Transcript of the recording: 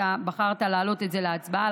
אתה בחרת להעלות את זה להצבעה.